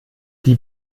die